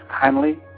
kindly